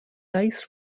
dice